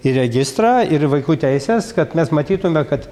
į registrą ir į vaikų teises kad mes matytume kad